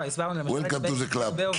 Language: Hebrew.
Welcome to the club.